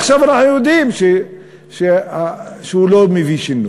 עכשיו אנחנו יודעים שהוא לא מביא שינוי.